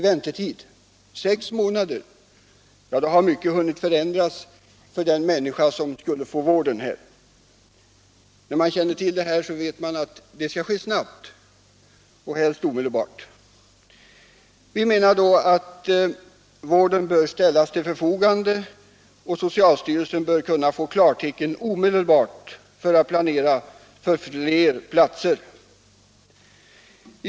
Under den tiden hinner mycket förändras för den vårdsökande. När man känner till detta förstår man att vården måste sättas in snabbt, helst omedelbart. Vi anser att vårdresurser bör ställas till förfogande och att socialstyrelsen genast bör få klartecken för att planera för fler platser.